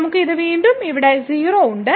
നമുക്ക് ഇത് വീണ്ടും ഇവിടെ 0 ഉണ്ട്